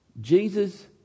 Jesus